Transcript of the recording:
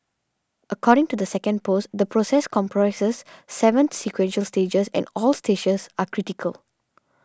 according to the second post the process comprises seven sequential stages and all stages are critical